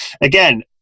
Again